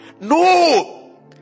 No